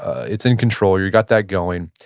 it's in control. you got that going.